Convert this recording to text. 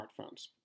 smartphones